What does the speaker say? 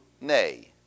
nay